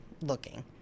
looking